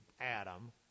Adam